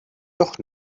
doch